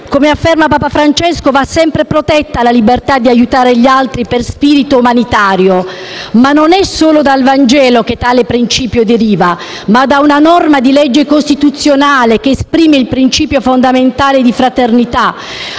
Come afferma Papa Francesco, va sempre protetta la libertà di aiutare gli altri per spirito umanitario. Ma non è solo dal Vangelo che tale principio deriva; esso deriva da una norma di legge costituzionale, che esprime il principio fondamentale di fraternità